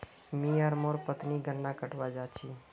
मी आर मोर पत्नी गन्ना कटवा जा छी